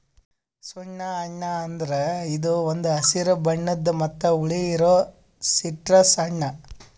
ಸುಣ್ಣ ಹಣ್ಣ ಅಂದುರ್ ಇದು ಒಂದ್ ಹಸಿರು ಬಣ್ಣದ್ ಮತ್ತ ಹುಳಿ ಇರೋ ಸಿಟ್ರಸ್ ಹಣ್ಣ